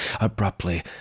Abruptly